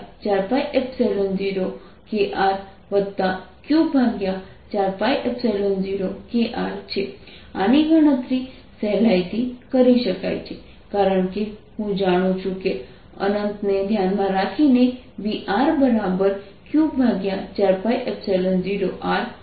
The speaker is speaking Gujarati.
આની ગણતરી સહેલાઇથી કરી શકાય છે કારણ કે હું જાણું છું કે અનંતને ધ્યાનમાં રાખીને Vr Q4π0R Q4π0kRQ4π0kr લખી શકાય છે